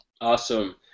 awesome